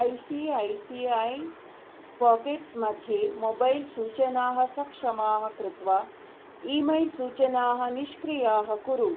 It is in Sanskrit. I C A C A pockets मध्ये मोबैल् सूचनाः सक्षमाः कृत्वा ई मैल् सूचनाः निष्क्रियाः कुरु